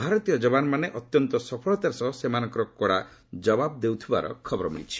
ଭାରତୀୟ ଯବାନମାନେ ଅତ୍ୟନ୍ତ ସଫଳତାର ସହ ସେମାନଙ୍କର କଡ଼ା ଜବାବ ଦେଉଥିବାର ଖବର ମିଳିଛି